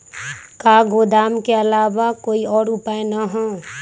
का गोदाम के आलावा कोई और उपाय न ह?